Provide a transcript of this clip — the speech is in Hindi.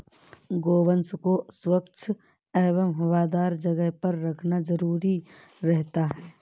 गोवंश को स्वच्छ एवं हवादार जगह पर रखना जरूरी रहता है